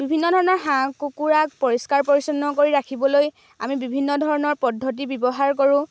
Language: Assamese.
বিভিন্ন ধৰণৰ হাঁহ কুকুৰাক পৰিষ্কাৰ পৰিচ্ছন্নকৈ ৰাখিবলৈ আমি বিভিন্ন ধৰণৰ পদ্ধতি ব্যৱহাৰ কৰোঁ